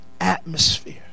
atmosphere